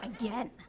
again